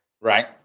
right